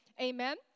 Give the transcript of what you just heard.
Amen